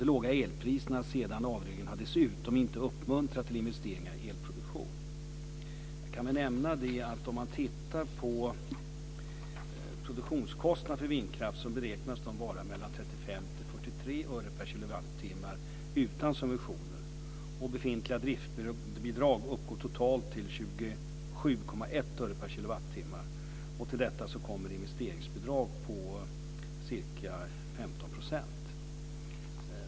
De låga elpriserna sedan avregleringen har dessutom inte uppmuntrat till investeringar i elproduktion. Jag kan nämna att produktionskostnaden för vindkraft beräknas vara mellan 35 och 43 öre per kilowattimme utan subventioner. Befintliga driftsbidrag uppgår totalt till 27,1 öre per kilowattimme. Till detta kommer ett investeringsbidrag på ca 15 %.